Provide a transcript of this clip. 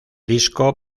disco